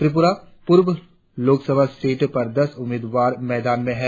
त्रिपुरा पूर्व लोकसभा सीट पर दस उम्मीदवार मैदान में हैं